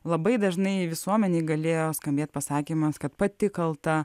labai dažnai visuomenėje galėjo skambėt pasakymas kad pati kalta